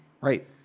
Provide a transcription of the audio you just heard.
Right